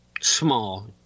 small